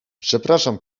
przepraszam